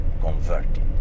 converted